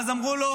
ואז אמרו לו: